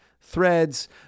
threads